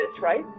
right